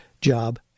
job